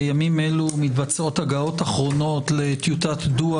בימים אלו מתבצעות הגהות אחרונות לטיוטת דוח